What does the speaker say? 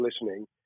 listening